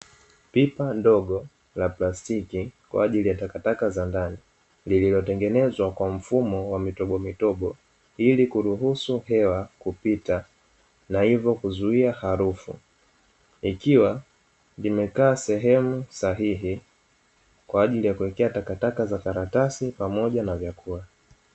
Pipa ndogo la plastiki kwa ajili ya takataka za ndani, lililotengenezwa kwa mfumo wa mitobomitobo ili kuruhusu hewa kupita na hivyo kuzuia harufu. Likiwa limekaa sehemu sahihi kwa ajili ya kuwekea takataka za karatasi pamoja na vyakula.